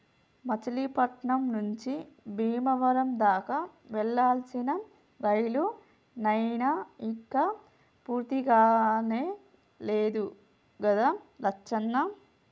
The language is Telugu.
మచిలీపట్నం నుంచి బీమవరం దాకా వేయాల్సిన రైలు నైన ఇంక పూర్తికానే లేదు గదా లచ్చన్న